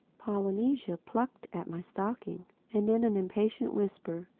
polynesia plucked at my stocking and, in an impatient whisper,